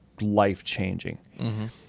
life-changing